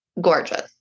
gorgeous